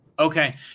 Okay